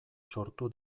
sortu